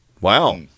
wow